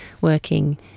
working